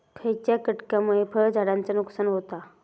खयच्या किटकांमुळे फळझाडांचा नुकसान होता?